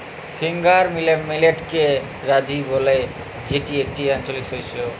finger মিলেটকে রাজি ব্যলে যেটি একটি আঞ্চলিক শস্য